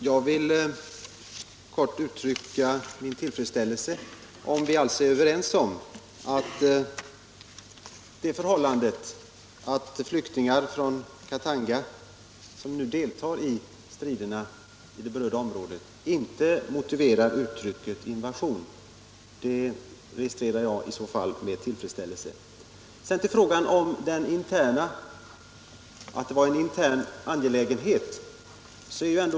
Herr talman! Jag vill kort uttrycka min tillfredsställelse över att vi således är överens om att det förhållandet att flyktingar från Katanga, som nu deltar i striderna i det berörda området, inte motiverar uttrycket ”invasion”. Detta registrerar jag med tillfredsställelse. Sedan till frågan om att det här gällde en intern angelägenhet.